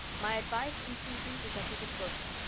my advice and susan's is at your disposal.